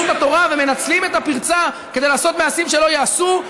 התורה ומנצלים את הפרצה כדי לעשות מעשים שלא ייעשו?